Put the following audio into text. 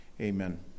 amen